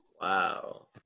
wow